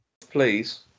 Please